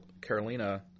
Carolina